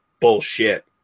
bullshit